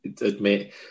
admit